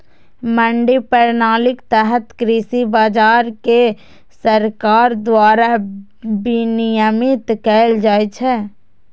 मंडी प्रणालीक तहत कृषि बाजार कें सरकार द्वारा विनियमित कैल जाइ छै